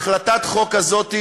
החלטת החוק הזאת,